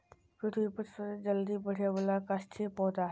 पृथ्वी पर सबसे जल्दी बढ़े वाला काष्ठिय पौधा हइ